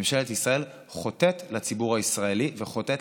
ממשלת ישראל חוטאת לציבור הישראלי וחוטאת